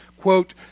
Quote